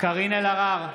קארין אלהרר,